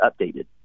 updated